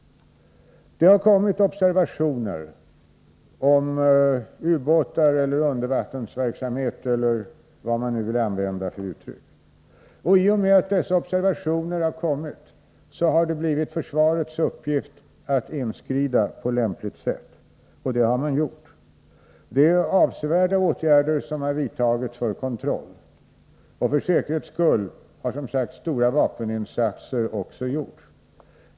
Det har förekommit observationer om ubåtar, undervattensverksamhet eller vad man nu vill använda för uttryck, och i och med dessa observationer har det blivit försvarets uppgift att inskrida på lämpligt sätt. Det har man också gjort. Avsevärda åtgärder har vidtagits för kontroll. För säkerhets skull har, som sagt, också stora vapeninsatser gjorts.